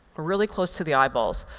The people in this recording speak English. we're really close to the eyeballs.